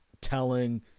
telling